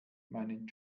meinen